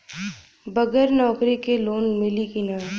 बगर नौकरी क लोन मिली कि ना?